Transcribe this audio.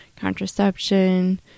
contraception